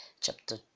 chapter